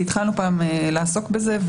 כי התחלנו פעם לעסוק בזה,